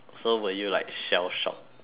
so were you like shell-shocked